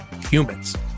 humans